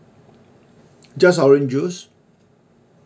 just orange juice